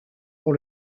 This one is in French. pour